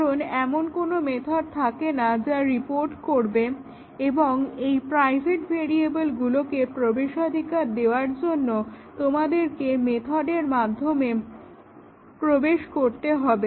কারণ এমন কোনো মেথড থাকেনা যা রিপোর্ট করবে এবং এই প্রাইভেট ভেরিয়েবলগুলোতে প্রবেশাধিকার পাওয়ার জন্য তোমাদেরকে মেথডের মাধ্যমে প্রবেশ করতে হবে